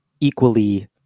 equally